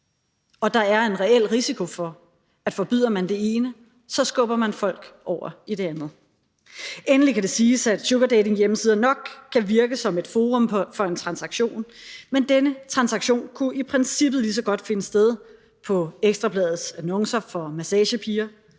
Og der er en reel risiko for, at forbyder man det ene, skubber man folk over i det andet. Endelig kan det siges, at sugardatinghjemmesider nok kan virke som et forum for en transaktion, men denne transaktion kunne i princippet lige så godt finde sted gennem Ekstra Bladets annoncer for massagepiger,